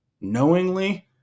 knowingly